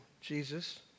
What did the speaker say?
Jesus